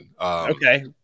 Okay